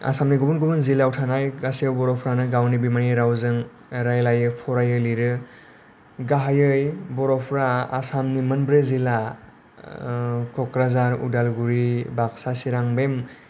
आसामनि गुबुन गुबुन जिलायाव थानाय गासैबो बर'फोरानो गावनि बिमानि रावजों रायलायो फरायो लिरो गाहायै बर'फोरा आसामनि मोनब्रै जिल्ला क'क्राझार उदालगुरि बाक्सा चिरां बे